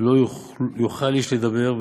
לא יוכל איש לדבר'.